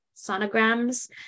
sonograms